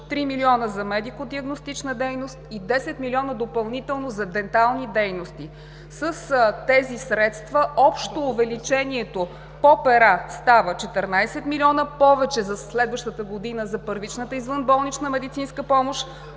милиона за медико-диагностична дейност и 10 милиона допълнително за дентални дейности. С тези средства общо увеличението по пера става: 14 милиона повече за следващата година за първичната извънболнична медицинска помощ,